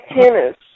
tennis